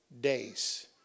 days